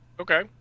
Okay